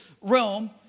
realm